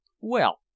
Well